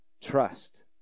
Trust